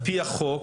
על פי החוק,